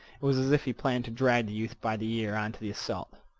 it was as if he planned to drag the youth by the ear on to the assault.